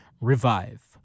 Revive